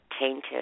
tainted